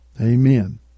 Amen